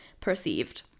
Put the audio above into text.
perceived